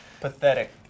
pathetic